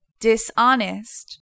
dishonest